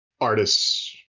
artists